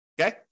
Okay